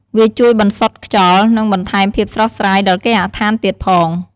វាជួយបន្សុទ្ធខ្យល់ និងបន្ថែមភាពស្រស់ស្រាយដល់គេហដ្ឋានទៀតផង។